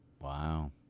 Wow